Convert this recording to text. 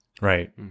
Right